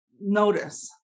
notice